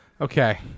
Okay